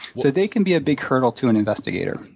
so they can be a big hurdle to an investigator.